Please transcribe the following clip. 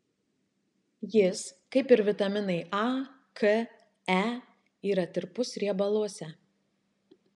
jis kaip ir vitaminai a k e yra tirpus riebaluose